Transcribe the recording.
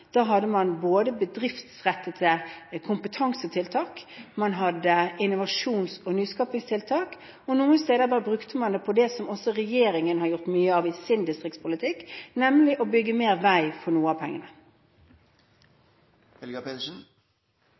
Da hadde man både bedriftsrettede kompetansetiltak og innovasjons- og nyskapingstiltak, og noen steder bare brukte man det på det som også regjeringen har gjort mye av i sin distriktspolitikk, nemlig å bygge mer vei for noe av pengene.